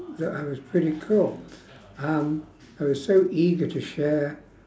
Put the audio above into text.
that I was pretty cool um I was so eager to share